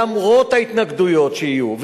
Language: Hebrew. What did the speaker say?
למרות ההתנגדויות שיהיו.